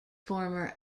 former